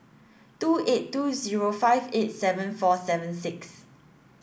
two eight two zero five eight seven four seven six